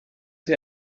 sie